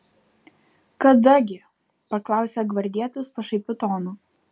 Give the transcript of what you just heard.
kada gi paklausė gvardietis pašaipiu tonu